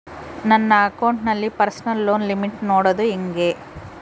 ನನ್ನ ಅಕೌಂಟಿನಲ್ಲಿ personal loan limit ನೋಡದು ಹೆಂಗೆ?